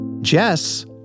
Jess